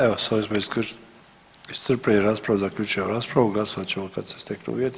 Evo s ovim smo iscrpili raspravu, zaključujem raspravu glasovat ćemo kad se steknu uvjeti.